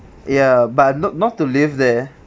ya but not not to live there